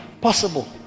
possible